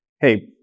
hey